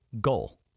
goal